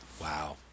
Wow